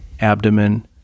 abdomen